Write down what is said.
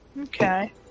Okay